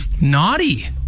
Naughty